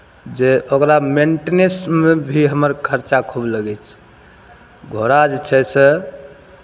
जे ओकरा मेंटीनेंसमे भी हमर खर्चा खूब लगै छै घोड़ा जे छै से